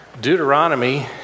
Deuteronomy